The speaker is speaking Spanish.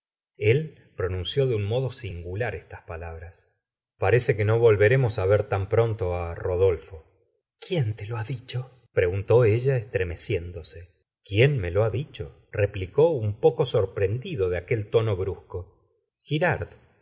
el pronunció de un modo singular estas palabras parece que no volveremos á ver tan pronto á rodolfo quién te lo ha dicho preguntó ella estremeciéndose quién me lo ha dicho replicó un poco sorprendido de aquel tono brusco girard